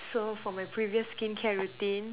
so for my previous skincare routine